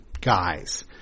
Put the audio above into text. guys